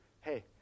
hey